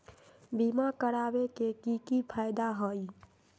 बीमा करबाबे के कि कि फायदा हई?